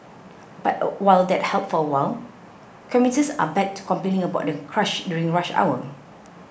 but while that helped for a while commuters are back to complaining about the crush during rush hour